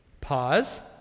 Pause